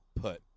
put